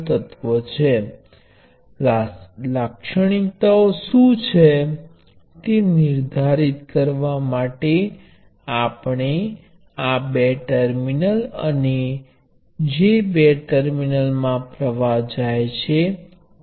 પરંતુ જો I 2 એ I1 ની બરાબર નથી તો આ જોડાણને મંજૂરી નથી